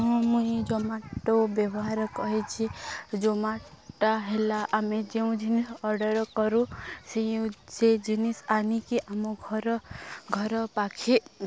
ହଁ ମୁଇଁ ଜୋମାଟୋ ବ୍ୟବହାର କରିଛି ଜୋମାଟୋ ହେଲା ଆମେ ଯେଉଁ ଜିନିଷ ଅର୍ଡ଼ର୍ କରୁ ସେ ୟୁ ସେ ଜିନିଷ ଆଣିକି ଆମ ଘର ଘର ପାଖେ